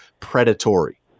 Predatory